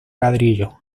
ladrillo